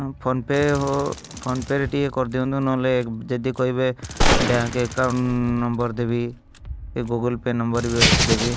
ହଁ PhonePe PhonePe ରେ ଟିକେ କରିଦିଅନ୍ତୁ ନହେଲେ ଯଦି କହିବେ ବ୍ୟାଙ୍କ ଆକାଉଣ୍ଟ ନମ୍ବର୍ ଦେବି କି ଗୁଗୁଲ୍ ପେ ନମ୍ବର୍ ବି ଅଛି ଦେବି